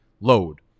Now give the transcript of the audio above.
load